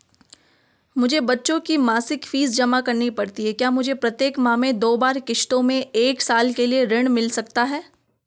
मुझे बच्चों की मासिक फीस जमा करनी पड़ती है क्या मुझे प्रत्येक माह में दो बार किश्तों में एक साल के लिए ऋण मिल सकता है?